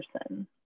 person